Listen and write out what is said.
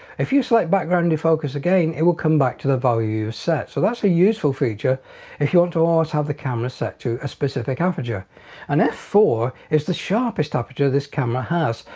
if you select background defocus again it will come back to the value you've set so that's a useful feature if you want to always have the camera set to a specific aperture and f four is the sharpest aperture this camera has.